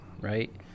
right